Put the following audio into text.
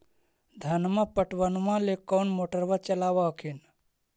धनमा पटबनमा ले कौन मोटरबा चलाबा हखिन?